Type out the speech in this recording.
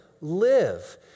Live